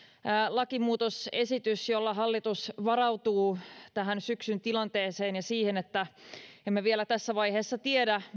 lakimuutosesitys jolla hallitus varautuu syksyn tilanteeseen ja siihen että emme vielä tässä vaiheessa tiedä